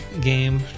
game